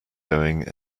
going